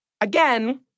Again